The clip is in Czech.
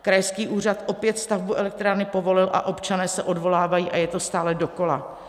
Krajský úřad opět stavbu elektrárny povolil a občané se odvolávají a je to stále dokola.